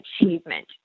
achievement